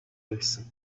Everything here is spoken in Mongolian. байсан